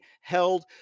held